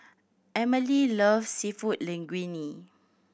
Amelie loves Seafood Linguine